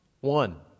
One